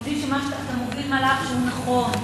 חושבים שאתה מוביל מהלך נכון,